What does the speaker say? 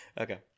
Okay